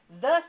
Thus